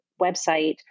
website